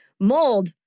Mold